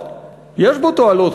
יש בו גם תועלות.